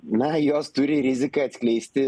na jos turi riziką atskleisti